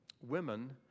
women